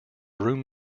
room